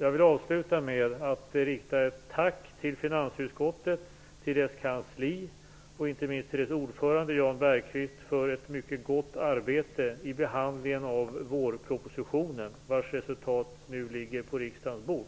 Jag vill avsluta med att rikta ett tack till finansutskottet, dess kansli och inte minst dess ordförande Jan Bergqvist för ett mycket gott arbete i behandlingen av vårpropositionen, vars resultat nu ligger på riksdagens bord.